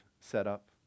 setup